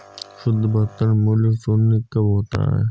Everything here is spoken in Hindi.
शुद्ध वर्तमान मूल्य शून्य कब होता है?